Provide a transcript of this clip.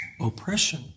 oppression